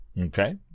Okay